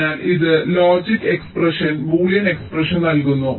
അതിനാൽ ഇത് logic expression Boolean expression നൽകുന്നു